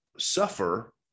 Suffer